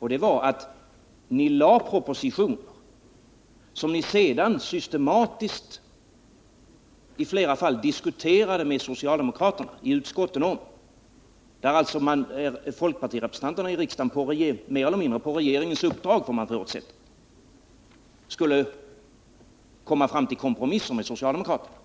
Ni lade alltså fram propositioner som ni sedan i flera fall systematiskt diskuterade med socialdemokraterna i utskottet. Folkpartirepresentanterna i riksdagen skulle, mer eller mindre på regeringens uppdrag får man förutsätta, komma fram till kompromisser med socialdemokraterna.